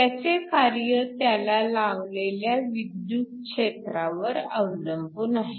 त्याचे कार्य त्याला लावलेल्या विद्युत क्षेत्रावर अवलंबून आहे